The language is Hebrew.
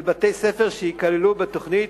של בתי-ספר שייכללו בתוכנית,